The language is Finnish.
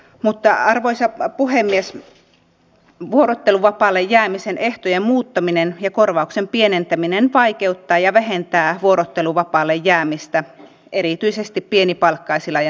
mutta arvoisa puhemies vuorotteluvapaalle jäämisen ehtojen muuttaminen ja korvauksen pienentäminen vaikeuttaa ja vähentää vuorotteluvapaalle jäämistä erityisesti pienipalkkaisilla ja naisvaltaisilla aloilla